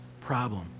problem